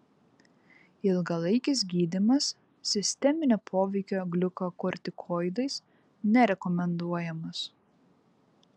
ilgalaikis gydymas sisteminio poveikio gliukokortikoidais nerekomenduojamas